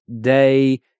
day